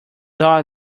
odd